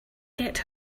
get